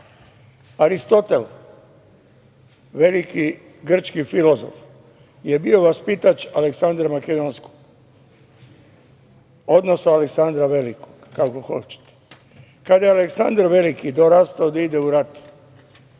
Aristotel, veliki grčki filozof, je bio vaspitač Aleksandra Makedonskog, odnosno Aleksandra Velikog, kako hoćete. Kada je Aleksandar Veliki dorastao da ide u rat,